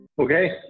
Okay